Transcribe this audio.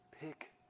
Pick